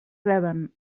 reben